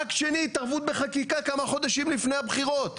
אקט שני, התערבות בחקיקה כמה חודשים לפני הבחירות.